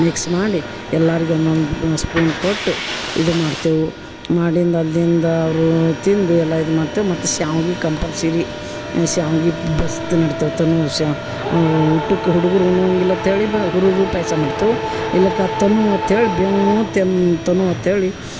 mix ಮಾಡಿ ಎಲ್ಲರ್ಗೆ ಒಂದೊಂದು ಸ್ಪೂನ್ ಕೊಟ್ಟು ಇದು ಮಾಡ್ತೇವೆ ಮಾಡಿಂದು ಅಲ್ಲಿಂದ ಅವರೂ ತಿಂದು ಎಲ್ಲ ಇದು ಮಾಡ್ತೇವೆ ಮತ್ತು ಶಾವ್ಗಿ ಕಂಪಲ್ಸರಿ ಶಾವ್ಗಿ ಬಸ್ತ್ ನಡ್ತೇವೆ ತನು ಷ ಊಟಕ್ಕ ಹುಡುಗ್ರು ಉಣ್ಣುವಂಗಿಲ್ಲ ಅಂತ್ಹೇಳಿ ಹುರಿದು ಪಾಯಸ ಮಾಡ್ತೇವೆ ಇಲ್ಲಕ ತನು ಅಂತ್ಹೇಳಿ ಬೇವು ತೆನ್ ತನು ಅಂತ್ಹೇಳಿ